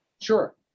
Sure